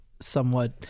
somewhat